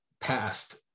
past